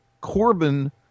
Corbin